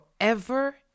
forever